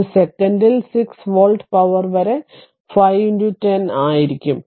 ഇത് സെക്കന്റിൽ 6 volt power വരെ 5 10 ആയിരിക്കും